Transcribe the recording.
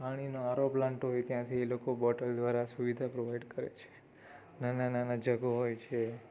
પાણીનો RO plant હોય ત્યાંથી એ લોકો બોટલ દ્વારા સુવિધા પ્રોવાઈડ કરે છે નાના નાના જગો હોય છે